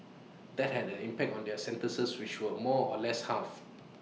that had an impact on their sentences which were more or less halved